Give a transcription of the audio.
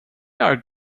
are